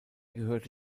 gehörte